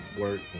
work